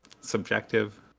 subjective